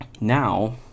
now